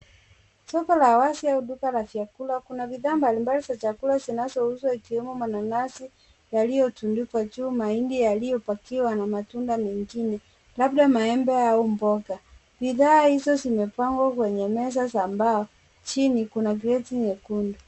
Soko la wazi au duka la vyakula kuna bidhaa mbali mbali za chakula zinazouzwa ikiwemo mananasi yaliyotundikwa juu, mahindi yaliyopakiwa na matunda mengine labda maembe au mboga. Bidhaa hizo zimepangwa kwenye meza ya mbao chini kuna kreti nyekundu.